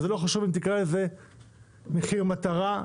וזה לא חשוב אם תקרא לזה מחיר מטרה,